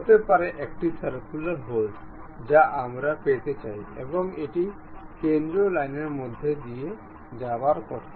হতে পারে একটি সার্কুলার হোলস যা আমরা পেতে চাই এবং এটি কেন্দ্র লাইনের মধ্য দিয়ে যাওয়ার কথা